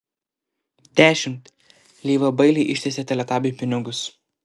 dešimt lyva bailiai ištiesė teletabiui pinigus